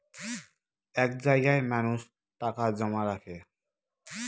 এক জায়গায় মানুষ টাকা জমা রাখে